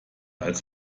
als